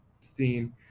seen